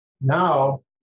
now